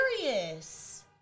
serious